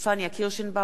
גאלב מג'אדלה,